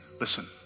listen